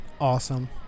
awesome